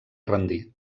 rendir